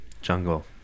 Jungle